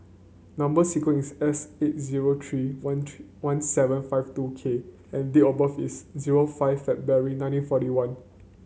number sequence is S eight zero three one three one seven five two K and date of birth is zero five February nineteen forty one